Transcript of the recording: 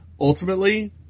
ultimately